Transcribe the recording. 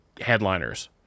headliners